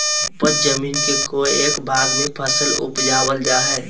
उपज जमीन के कोय एक भाग में फसल उपजाबल जा हइ